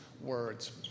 words